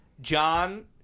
John